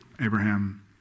Abraham